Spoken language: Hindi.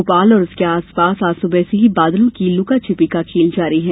भोपाल और उसके आसपास आज सुबह से ही बादलों की लूकाछीपी जारी है